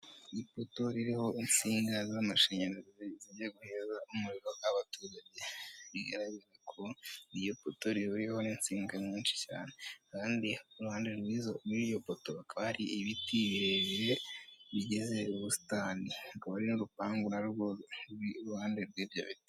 Ipoto ririho intsinga z'amashanyarazi, zigiye guhereza umuriro abaturage, bigaragara ko iyo poto rihuriweho n'intsinga nyinshi cyane, kandi iruhande rwizo rwiyo poto hakaba hari ibiti birebire bigize ubusitani, hakaba hari n'urupangu narwo iruhande rw'ibyo biti.